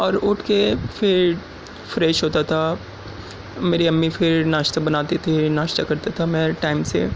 اور اٹھ کے پھر فریش ہوتا تھا میری امی پھر ناشتہ بناتی تھی ناشتہ کرتا تھا میں ٹائم سے